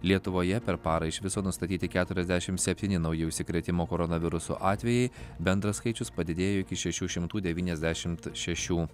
lietuvoje per parą iš viso nustatyti keturiasdešim septyni nauji užsikrėtimo koronavirusu atvejai bendras skaičius padidėjo iki šešių šimtų devyniasdešimt šešių